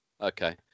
Okay